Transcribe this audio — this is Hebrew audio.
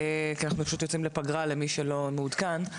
כי אנחנו פשוט לפגרה למי שלא מעודכן,